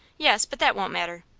yes but that won't matter.